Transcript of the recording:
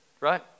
right